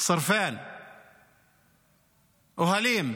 (אומר בערבית ומתרגם:), אוהלים.